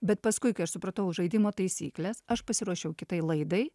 bet paskui kai aš supratau žaidimo taisykles aš pasiruošiau kitai laidai